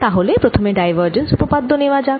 তাহলে প্রথমে ডাইভারজেন্স উপপাদ্য নেওয়া যাক